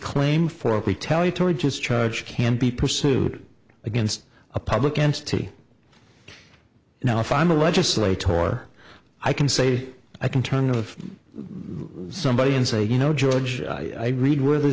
claim for up retaliatory just charge can be pursued against a public entity now if i'm a legislator or i can say i can turn of somebody and say you know george i read where the